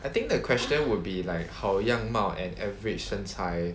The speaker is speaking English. I think the question would be like 好样貌 and average 身材